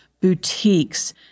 boutiques